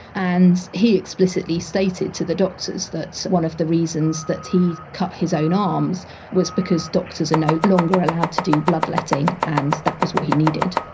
and he explicitly stated to the doctors that one of the reasons that he cut his own arms was because doctors are no longer allowed to do bloodletting, and that was what he needed.